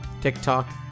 TikTok